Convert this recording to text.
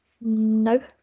No